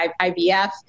IVF